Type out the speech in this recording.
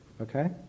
okay